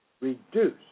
reduce